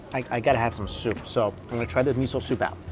i gotta have some soup so let me try the miso soup out.